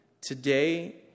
today